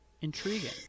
Intriguing